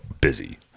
busy